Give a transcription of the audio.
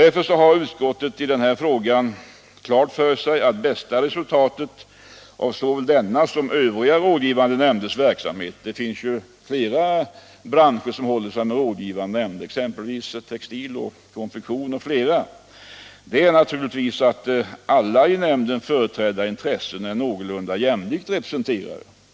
Utskottet har i den frågan klart för sig att bästa resultatet av såväl denna nämnds som övriga rådgivande nämnders verksamhet — det finns ju flera branscher som håller sig med rådgivande nämnder, exempelvis textil och konfektion — är att alla i nämnden företrädda intressen är någorlunda lika representerade.